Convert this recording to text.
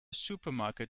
supermarket